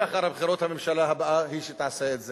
ואחרי הבחירות הממשלה הבאה היא שתעשה את זה.